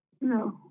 No